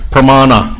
Pramana